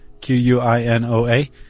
Q-U-I-N-O-A